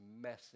messing